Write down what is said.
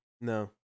No